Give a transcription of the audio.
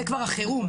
זה כבר החירום.